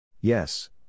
Yes